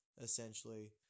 essentially